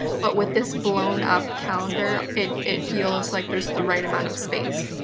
but with this blown up calendar, it it feels like there's the right amount of space.